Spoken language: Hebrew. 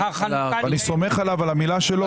אני סומך עליו ועל המילה שלו.